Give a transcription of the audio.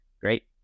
Great